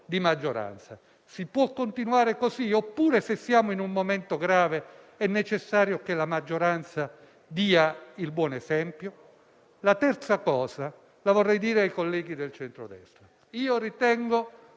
maggioranza. Si può continuare così? Oppure, se siamo in un momento grave, è necessario che la maggioranza dia il buon esempio? La terza cosa la vorrei dire ai colleghi del centrodestra. Ritengo un